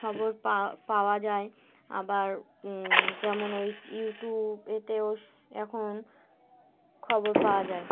খবর পা পাওয়া যায় আবার যেমন ওই ইউটিউব এতেও এখন খবর পাওয়া যায়